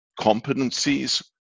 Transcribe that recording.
competencies